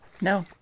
no